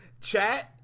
Chat